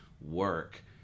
work